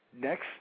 Next